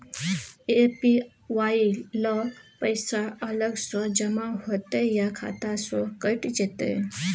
APY ल पैसा अलग स जमा होतै या खाता स कैट जेतै?